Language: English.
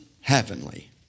heavenly